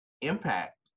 impact